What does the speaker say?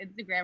Instagram